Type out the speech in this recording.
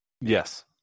Yes